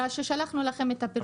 שלחנו לכם את הפירוט שלה.